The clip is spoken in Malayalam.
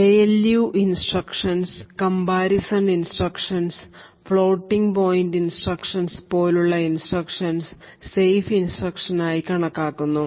ALU instructions comparison instructions floating point instructions പോലുള്ള ഇൻസ്ട്രക്ഷൻസ് സേഫ് ഇൻസ്ട്രക്ഷൻസ് ആയി കണക്കാക്കുന്നു